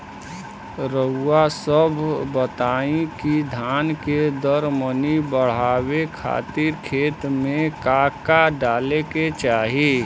रउआ सभ बताई कि धान के दर मनी बड़ावे खातिर खेत में का का डाले के चाही?